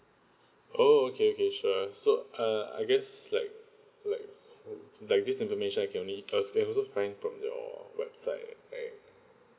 oh okay okay sure so uh I guess like like uh like this information I can only uh access also sign up from your website right